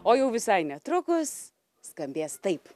o jau visai netrukus skambės taip